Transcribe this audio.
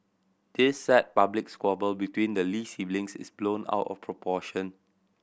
this sad public squabble between the Lee siblings is blown out of proportion